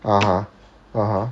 (uh huh) (uh huh)